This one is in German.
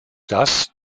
das